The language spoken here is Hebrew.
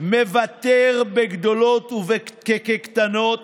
מוותר בגדולות כקטנות